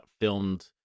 filmed